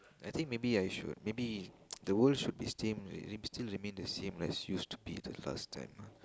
I think maybe I should maybe the world should be same still remain the same as it used to be the last time ah